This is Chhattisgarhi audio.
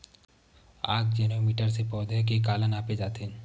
आकजेनो मीटर से पौधा के काला नापे जाथे?